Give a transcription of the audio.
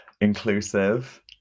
inclusive